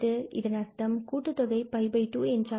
இதன் அர்த்தம் கூட்டுத்தொகை 𝜋2என்றாகிறது